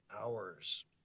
hours